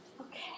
okay